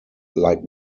like